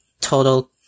total